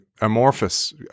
amorphous